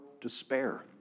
despair